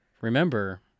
Remember